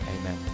Amen